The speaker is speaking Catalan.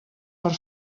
per